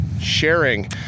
sharing